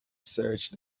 searched